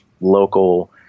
local